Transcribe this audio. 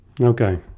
Okay